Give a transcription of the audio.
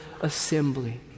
assembly